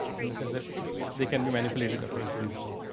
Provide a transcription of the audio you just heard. in the sense they can be manipulating apparently this law.